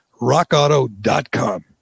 rockauto.com